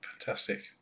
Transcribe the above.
Fantastic